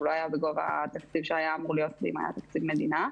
הוא לא היה בגובה שהיה אמור להיות אם היה תקציב מדינה.